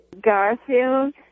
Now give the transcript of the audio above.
Garfield